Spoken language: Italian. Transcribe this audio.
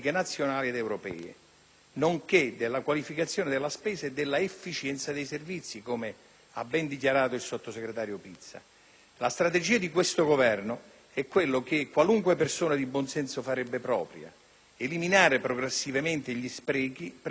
nonché la qualificazione della spesa e l'efficienza dei servizi, come ha ben dichiarato il sottosegretario Pizza. La strategia del Governo è quella che qualunque persona di buonsenso farebbe propria: eliminare progressivamente gli sprechi premiando i migliori.